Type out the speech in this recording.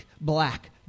black